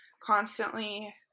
constantly